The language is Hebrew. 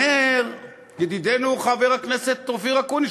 אומר ידידנו חבר הכנסת אופיר אקוניס,